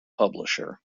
publisher